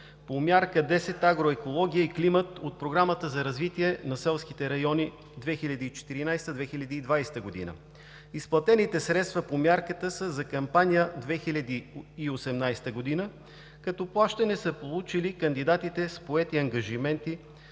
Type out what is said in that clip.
по Мярка 10 „Агроекология и климат“ по Програмата за развитие на селските райони 2014 – 2020 г. Изплатените средства по мярката за кампания 2018 г. Плащания са получили кандидатите с поети ангажименти